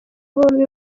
bombi